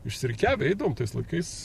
išsirikiavę eidavom tais laikais